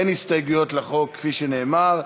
אין הסתייגות לחוק, כפי שנאמר.